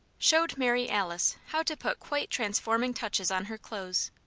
showed mary alice how to put quite transforming touches on her clothes.